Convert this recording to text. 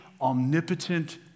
omnipotent